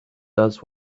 does